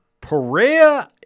Perea